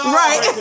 right